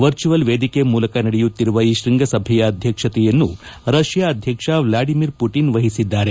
virtual ವೇದಿಕೆ ಮೂಲಕ ನಡೆಯುತ್ತಿರುವ ಈ ಶ್ವಂಗಸಭೆಯ ಅಧ್ಯಕ್ಷತೆಯನ್ನು ರಷ್ಯಾ ಅಧ್ಯಕ್ಷ ವ್ಲಾಡಿಮಿರ್ ಪುಟಿನ್ ವಹಿಸಿದ್ದಾರೆ